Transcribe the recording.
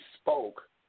spoke